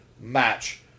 match